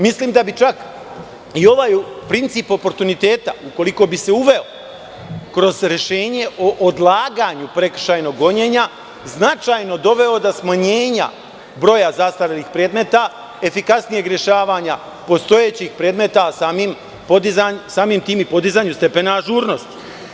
Mislim da bi, čak, i ovaj princip oportuniteta, ukoliko bi se uveo, kroz rešenje o odlaganju prekršajnog gonjenja, značajno doveo do smanjenja broja zastarelih predmeta, efikasnijeg rešavanja postojećih predmeta, a samim tim i podizanju stepena ažurnosti.